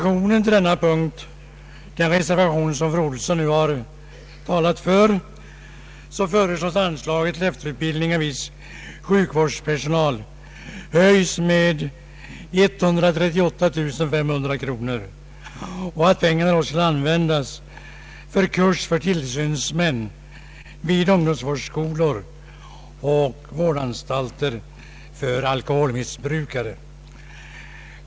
I den reservation som fru Olsson nu har talat för föreslås att anslaget till efterutbildning av viss sjukvårdspersonal höjs med 138 500 kronor och att dessa pengar skall användas till kurs för tillsynsmän vid ungdomsvårdsskolor och vårdanstalter för alkoholmissbrukare.